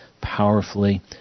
powerfully